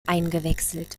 eingewechselt